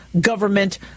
government